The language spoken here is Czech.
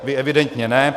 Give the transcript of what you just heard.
Vy evidentně ne.